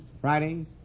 Fridays